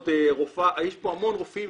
יש פה המון רופאים,